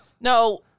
No –